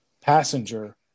passenger